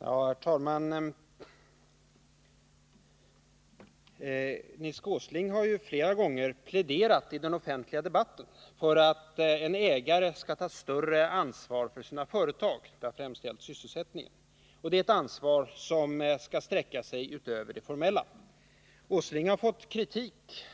Fru talman! Nils Åsling har flera gånger i den offentliga debatten pläderat för att en ägare skall ta större ansvar för sina företag — det har främst gällt sysselsättningen. Det är ett ansvar som skall sträcka sig utöver det formella. Nils Åsling har fått kritik